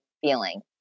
feeling